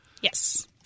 Yes